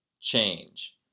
change